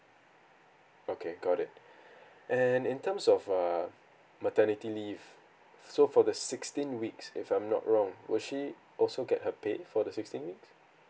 okay got it and in terms of err maternity leave so for the sixteen weeks if I'm not wrong will she also get her pay for the sixteen weeks